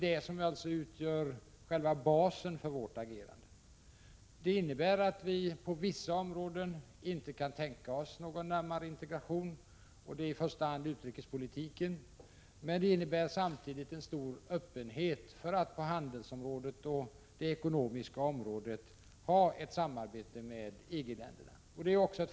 Det utgör själva basen för vårt agerande. Det innebär att vi på vissa områden inte kan tänka oss någon närmare integration. Det gäller i första hand utrikespolitiken. Det innebär samtidigt en stor öppenhet för att på handelsområdet och på det ekonomiska området ha ett samarbete med EG-länderna.